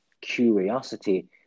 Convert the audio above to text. curiosity